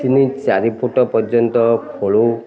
ତିନି ଚାରି ଫୁଟ୍ ପର୍ଯ୍ୟନ୍ତ ଖୋଳୁ